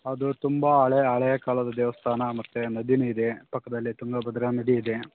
ಹೌದು ತುಂಬ ಹಳೆ ಹಳೆ ಕಾಲದ ದೇವಸ್ಥಾನ ಮತ್ತು ನದಿಯೂ ಇದೆ ಪಕ್ಕದಲ್ಲಿ ತುಂಗ ಭದ್ರಾ ನದಿ ಇದೆ